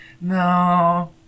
no